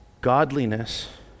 Godliness